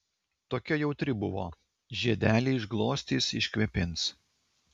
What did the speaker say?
tokia jautri buvo žiedelį išglostys iškvėpins